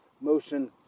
motion